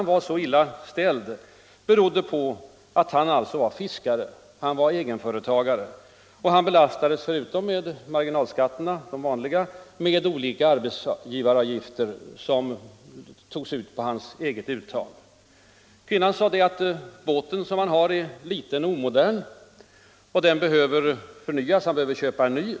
var så illa ställd berodde alltså på att han var egen företagare, och han belastades förutom med de vanliga marginalskatterna med olika arbetsgivaravgifter, som beräknades på hans eget uttag. Hustrun sade att båten som han har är liten och omodern och att han behöver köpa en ny.